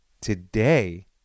today